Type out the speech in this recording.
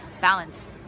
balance